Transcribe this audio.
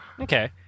okay